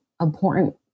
important